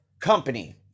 company